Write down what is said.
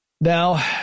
Now